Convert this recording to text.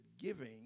giving